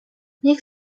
niech